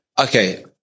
Okay